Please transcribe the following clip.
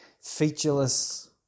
featureless